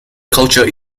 culture